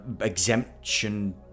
exemption